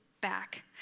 back